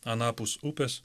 anapus upės